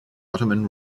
ottoman